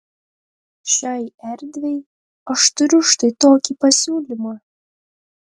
šiai erdvei aš turiu štai tokį pasiūlymą